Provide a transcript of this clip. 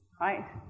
right